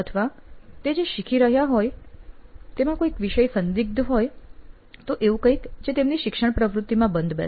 અથવા તેઓ જે શીખી રહ્યા હોય તેમાં કોઈ વિષય સંદિગ્ધ હોય તો એવું કઈંક જે તેમની શિક્ષણ ની પ્રવૃત્તિમાં બંધબેસે